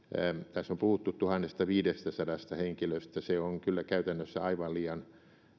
tässä on puhuttu tuhannestaviidestäsadasta henkilöstä se on kyllä käytännössä aivan liian